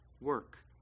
work